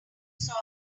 saw